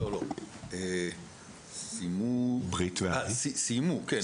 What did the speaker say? לא, לא, סיימו, אה, סיימו, כן.